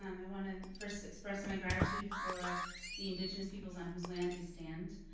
um i want to first express my gratitude for the indigenous peoples on whose land we stand.